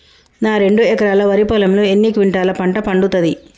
నా రెండు ఎకరాల వరి పొలంలో ఎన్ని క్వింటాలా పంట పండుతది?